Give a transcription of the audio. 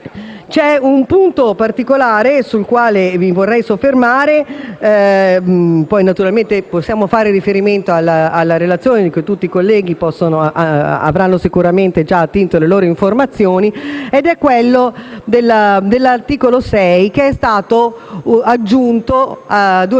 C'è un punto particolare sul quale mi vorrei soffermare (poi naturalmente possiamo fare riferimento alla relazione, cui tutti i colleghi avranno sicuramente già attinto le loro informazioni). Mi riferisco all'articolo 6, che è stato introdotto durante